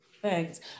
Thanks